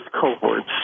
cohorts